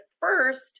first